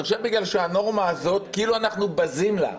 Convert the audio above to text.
אני חושב שהנורמה הזאת, כאילו אנחנו בזים לה.